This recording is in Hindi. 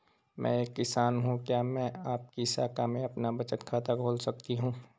मैं एक किसान हूँ क्या मैं आपकी शाखा में अपना बचत खाता खोल सकती हूँ?